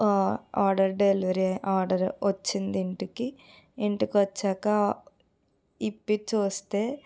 order delivery order వచ్చింది ఇంటికి ఇంటికి వచ్చాక విప్పి చూస్తే